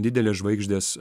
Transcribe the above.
didelės žvaigždės